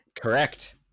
correct